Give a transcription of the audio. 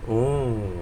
oo